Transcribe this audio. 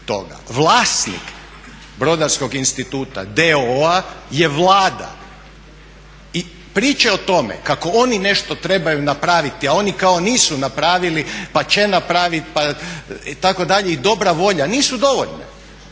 Vlasnik Brodarskog instituta d.o.o. je Vlada. I priče o tome kako oni nešto trebaju napraviti a oni kao nisu napravili pa će napravit itd. i dobra volja nisu dovoljne.